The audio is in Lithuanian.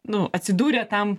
nu atsidūrė tam